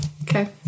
Okay